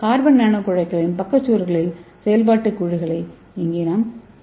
carbon நானோகுழாய்களின் பக்க சுவர்களில் செயல்பாட்டுக் குழுக்களை இங்கே சேர்க்கலாம்